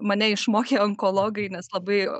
mane išmokė onkologai nes labai